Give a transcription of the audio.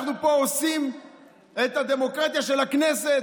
אנחנו פה הורסים את הדמוקרטיה של הכנסת,